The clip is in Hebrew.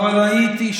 אבל ראיתי,